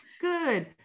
good